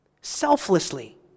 selflessly